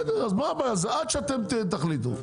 עד שתחליטו.